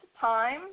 time